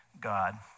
God